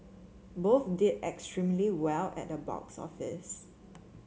both did extremely well at the box office